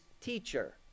teacher